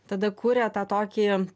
tada kuria tą tokį